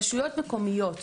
רשויות מקומיות,